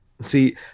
See